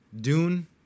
Dune